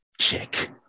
chick